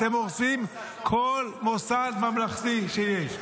אתם הורסים כל מוסד ממלכתי שיש.